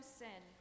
sin